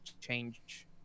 change